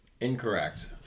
incorrect